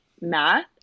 math